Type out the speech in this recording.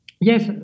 Yes